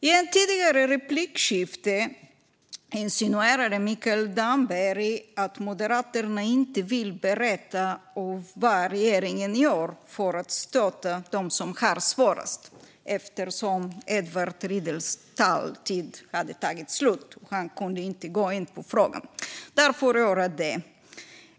I ett tidigare replikskifte insinuerade Mikael Damberg att Moderaterna inte vill berätta vad regeringen gör för att stötta dem som har det svårast - detta efter att Edward Riedls talartid tog slut innan han hunnit gå in på frågan. Därför gör jag det i stället.